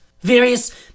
various